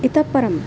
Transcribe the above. इतःपरम्